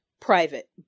private